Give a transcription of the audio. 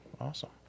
awesome